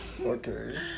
Okay